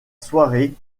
soirée